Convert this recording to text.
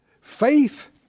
faith